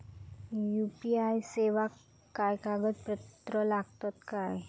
UPI सेवाक काय कागदपत्र लागतत काय?